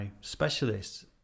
specialists